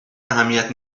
اهمیت